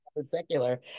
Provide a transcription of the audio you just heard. secular